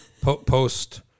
post